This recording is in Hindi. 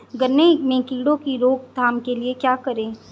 गन्ने में कीड़ों की रोक थाम के लिये क्या करें?